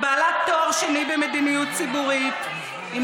היא בעלת תואר שני במדיניות ציבורית, חולצת ספגטי.